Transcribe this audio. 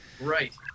Right